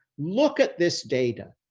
look at this data.